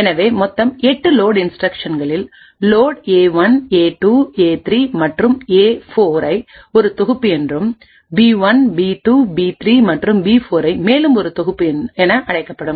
எனவே மொத்தம் எட்டு லோட் இன்ஸ்டிரக்ஷன்களில்லோட் ஏ 1 ஏ 2 ஏ 3 மற்றும் ஏ 4 ஐ ஒரு தொகுப்பு என்றும் பி 1 பி 2 பி 3 மற்றும்பி 4 ஐ மேலும் ஒரு தொகுப்பு என அழைக்கப்படும்